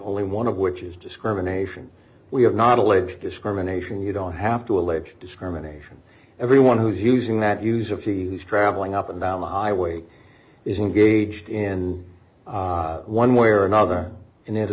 only one of which is discrimination we have not alleged discrimination you don't have to allege discrimination everyone who's using that user fee who's traveling up and down the highway is engaged in one way or another in inter